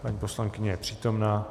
Paní poslankyně je přítomna.